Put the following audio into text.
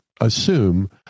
assume